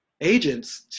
agents